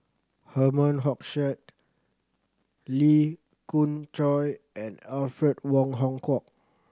Herman Hochstadt Lee Khoon Choy and Alfred Wong Hong Kwok